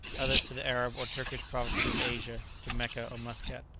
others to the arab or turkish provinces of asia, to mecca or muscat.